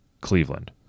Cleveland